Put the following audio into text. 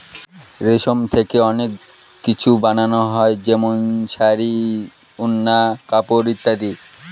রেশম থেকে অনেক কিছু বানানো যায় যেমন শাড়ী, ওড়না, কাপড় ইত্যাদি